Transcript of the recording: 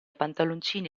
pantaloncini